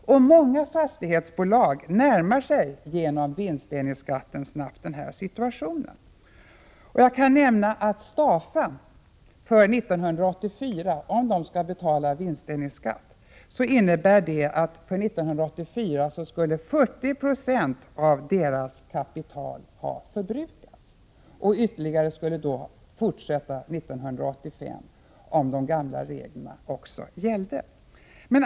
Många fastighetsbolag närmar sig genom vinstdelningsskatten snabbt denna situation. Jag kan nämna att det för Stafas del, om bolaget skulle ha betalat vinstdelningsskatt för 1984, innebär att 40 96 av dess kapital skulle ha förbrukats. Detsamma gäller för 1985 om de gamla reglerna skulle tillämpas.